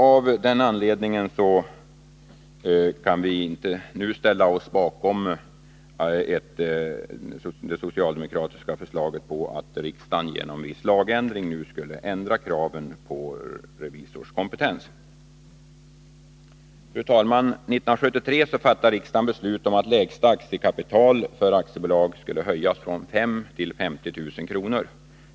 Av denna anledning kan vi inte nu ställa oss bakom det socialdemokratiska förslaget att riksdagen genom viss lagändring nu skulle ändra kraven på revisorskompetens. Fru talman! År 1973 fattade riksdagen beslut om att lägsta aktiekapital för aktiebolag skulle höjas från 5 000 till 50 000 kr.